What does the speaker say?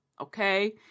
okay